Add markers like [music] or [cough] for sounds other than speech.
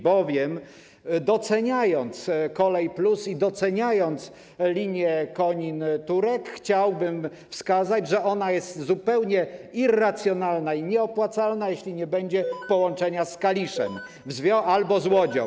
Bowiem doceniając „Kolej+” i doceniając linię Konin - Turek, chciałbym wskazać, że ona jest zupełnie irracjonalna i nieopłacalna, jeśli nie będzie [noise] połączenia z Kaliszem albo z Łodzią.